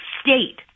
State